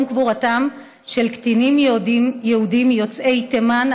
קבורתם של קטינים יהודים יוצאי תימן,